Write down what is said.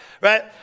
Right